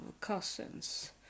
cousins